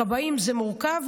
הכבאים זה מורכב,